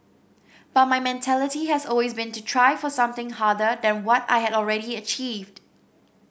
but my mentality has always been to try for something harder than what I had already achieved